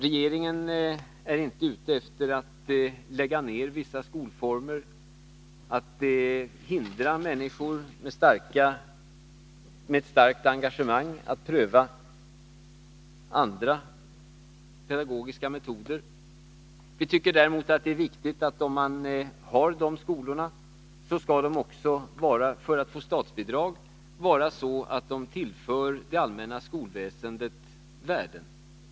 Regeringen är inte ute efter att lägga ned vissa skolformer eller att hindra människor med ett starkt engagemang att pröva andra pedagogiska metoder. Vi tycker däremot att det är viktigt att dessa skolor för att få statsbidrag skall vara sådana att de tillför det allmänna skolväsendet värden.